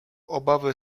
obawy